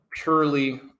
purely